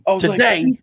Today